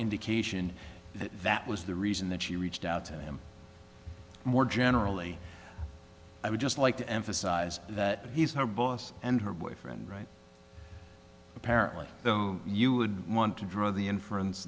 indication that that was the reason that she reached out to him more generally i would just like to emphasize that he's her boss and her boyfriend right apparently though you would want to draw the inference